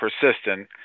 persistent